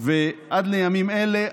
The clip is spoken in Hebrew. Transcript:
ועד לימים אלה,